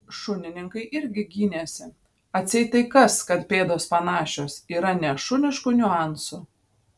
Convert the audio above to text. šunininkai irgi gynėsi atseit tai kas kad pėdos panašios yra nešuniškų niuansų